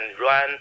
run